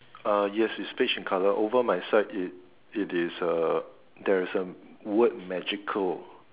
uh yes it's beige in colour over my side it it is a there is a word magical